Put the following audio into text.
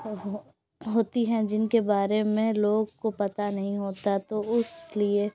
ہوتی ہیں جن کے بارے میں لوگ کو پتا نہیں ہوتا تو اس لیے